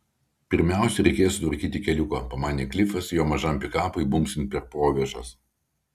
pirmiausia reikės sutvarkyti keliuką pamanė klifas jo mažam pikapui bumbsint per provėžas